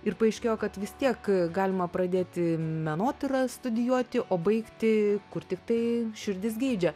ir paaiškėjo kad vis tiek galima pradėti menotyrą studijuoti o baigti kur tiktai širdis geidžia